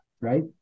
right